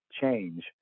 change